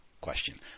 Question